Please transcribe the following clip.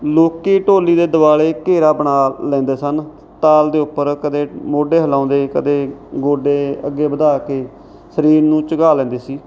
ਲੋਕ ਢੋਲੀ ਦੇ ਦੁਆਲੇ ਘੇਰਾ ਬਣਾ ਲੈਂਦੇ ਸਨ ਤਾਲ ਦੇ ਉੱਪਰ ਕਦੇ ਮੋਢੇ ਹਿਲਾਉਂਦੇ ਕਦੇ ਗੋਡੇ ਅੱਗੇ ਵਧਾ ਕੇ ਸਰੀਰ ਨੂੰ ਝੁਕਾ ਲੈਂਦੇ ਸੀ